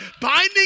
Binding